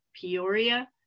Peoria